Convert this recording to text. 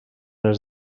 els